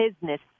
business